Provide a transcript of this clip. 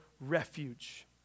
refuge